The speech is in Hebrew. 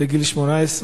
לגיל 18,